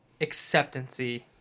acceptancy